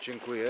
Dziękuję.